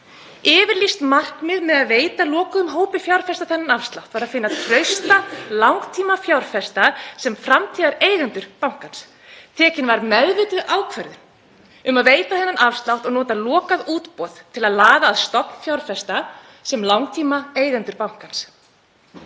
Yfirlýst markmið með að veita lokuðum hópi fjárfesta þennan afslátt væri að finna trausta langtímafjárfesta sem framtíðareigendur bankans. Tekin var meðvituð ákvörðun um að veita þennan afslátt og nota lokað útboð til að laða að stofnfjárfesta sem langtímaeigendur bankans.